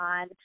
on